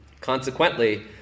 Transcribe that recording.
Consequently